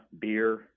beer